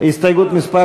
הסתייגות מס'